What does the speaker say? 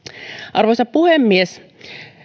arvoisa puhemies